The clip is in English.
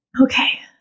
Okay